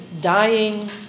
dying